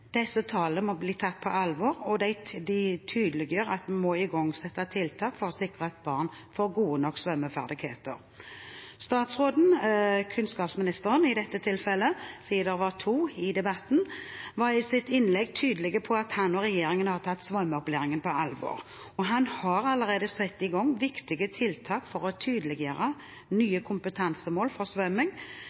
disse tallene må tas på alvor, og de tydeliggjør at vi må igangsette tiltak for å sikre at barn får gode nok svømmeferdigheter. Statsråden, som er kunnskapsministeren i dette tilfellet – det var to statsråder i debatten – var i sitt innlegg tydelig på at han og regjeringen har tatt svømmeopplæringen på alvor, og at han allerede har satt i gang viktige tiltak for å tydeliggjøre nye kompetansemål for svømming